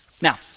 Now